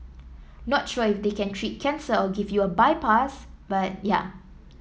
not sure if they can treat cancer or give you a bypass but yeah